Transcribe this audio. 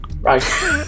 right